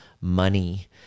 money